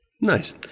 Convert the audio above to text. Nice